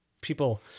people